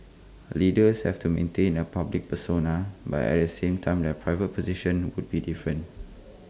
leaders have to maintain A public persona but at the same time their private position would be different